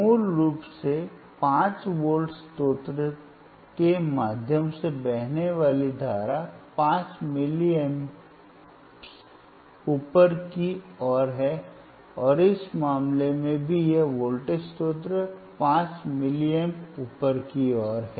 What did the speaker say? अब मूल रूप से 5 वोल्ट स्रोत के माध्यम से बहने वाली धारा 5 मिलीएम्प ऊपर की ओर है और इस मामले में भी यह वोल्टेज स्रोत में 5 मिलीएम्प ऊपर की ओर है